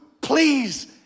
please